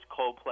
Coldplay